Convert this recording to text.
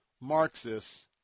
Marxists